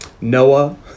Noah